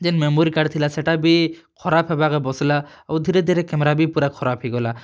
ଜେନ memory card ଥିଲା ସେଟା ବି ଖରାପ ହେବାକେ ବସିଲା ଆଉ ଧିରେ ଧିରେ କ୍ୟାମେରା ବି ପୁରା ଖରାପ ହେଇଗଲା